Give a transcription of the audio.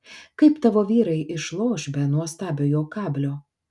kaip tavo vyrai išloš be nuostabiojo kablio